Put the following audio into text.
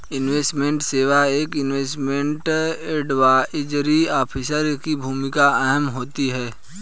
investment सेवा में investment advisory officer की भूमिका अहम होती है